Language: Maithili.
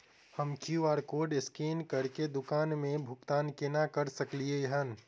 हम क्यू.आर कोड स्कैन करके दुकान मे भुगतान केना करऽ सकलिये एहन?